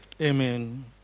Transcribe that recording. Amen